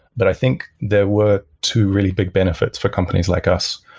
but i think there were two really big benefits for companies like us.